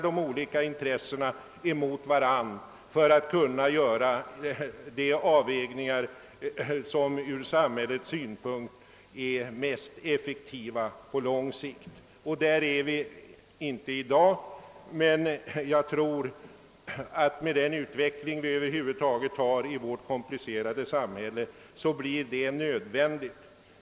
Det gäller att försöka bedöma vad som ur samhällets synpunkt är mest rationellt på lång sikt. Där är vi inte i dag, men jag tror att med den utveckling vi har i vårt komplicerade samhälle blir det nödvändigt.